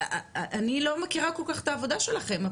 אני לא מכירה כל כך את העבודה שלכם,